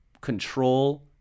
control